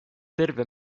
terve